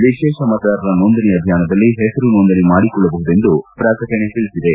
ವಿಶೇಷ ಮತದಾರರ ನೊಂದಾಣಿ ಅಭಿಯಾನದಲ್ಲಿ ಹೆಸರು ನೋಂದಣಿ ಮಾಡಿಕೊಳ್ಳಬಹುದೆಂದು ಪ್ರಕಟಣೆ ತಿಳಿಸಿದೆ